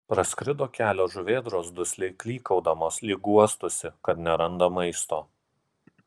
praskrido kelios žuvėdros dusliai klykaudamos lyg guostųsi kad neranda maisto